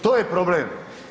To je problem.